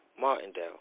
Martindale